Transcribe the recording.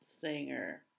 singer